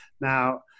Now